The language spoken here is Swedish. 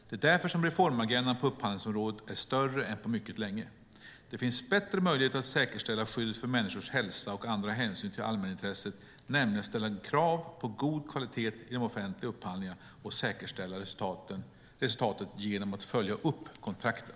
Det är därför som reformagendan på upphandlingsområdet är större än på mycket länge. Det finns bättre möjligheter att säkerställa skyddet för människors hälsa och andra hänsyn till allmänintresset, nämligen att ställa krav på god kvalitet i de offentliga upphandlingarna och säkerställa resultatet genom att följa upp kontrakten.